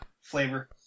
flavor